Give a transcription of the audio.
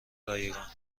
رایگان